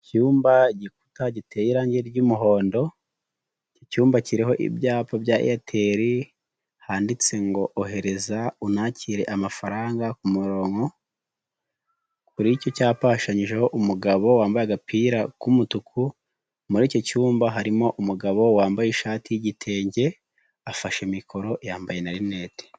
Icyumba, igikuta giteye irangi ry'umuhondo, icyumba kiriho ibyapa bya eyateli handitse ngo ohereza unakire amafaranga ku muronko, kuri icyo cyapa hashushanyijeho umugabo wambaye agapira k'umutuku, muri iki cyumba harimo umugabo wambaye ishati y'igitenge afashe mikoro yambaye na linete.